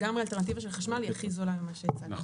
אלטרנטיבה של חשמל היא הכי זולה היום --- נכון.